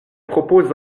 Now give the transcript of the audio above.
propos